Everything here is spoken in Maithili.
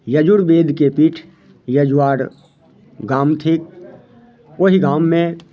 यजुर्वेदके पीठ यजुआर गाम थिक ओहि गाममे